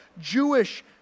Jewish